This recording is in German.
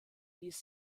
ließ